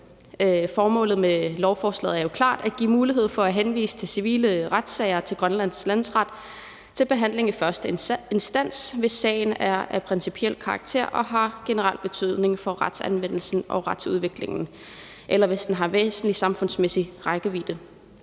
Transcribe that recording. Formålet med lovforslaget er jo klart, nemlig at give mulighed for at henvise civile retssager til Grønlands Landsret til behandling i første instans, hvis sagen er af principiel karakter og har generel betydning for retsanvendelsen og retsudviklingen, eller hvis den har væsentlig samfundsmæssig rækkevidde.